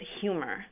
humor